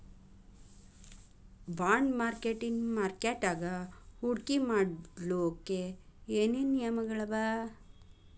Bond ಮಾರ್ಕೆಟಿನ್ ಮಾರ್ಕಟ್ಯಾಗ ಹೂಡ್ಕಿ ಮಾಡ್ಲೊಕ್ಕೆ ಏನೇನ್ ನಿಯಮಗಳವ?